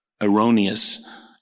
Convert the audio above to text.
erroneous